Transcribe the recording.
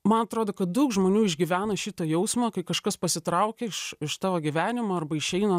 man atrodo kad daug žmonių išgyvena šitą jausmą kai kažkas pasitraukia iš iš tavo gyvenimo arba išeina